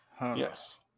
yes